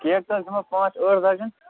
cake حظ دِمو پانٛژ ٲٹھ درجن